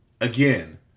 again